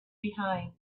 behind